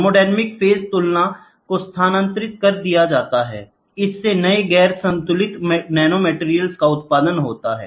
thermodynamic phase संतुलन को स्थानांतरित कर दिया जाता है इससे नए गैर संतुलन नैनोमैटिरियल्स का उत्पादन होता है